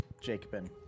Jacobin